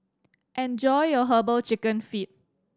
enjoy your Herbal Chicken Feet